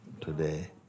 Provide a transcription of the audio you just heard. Today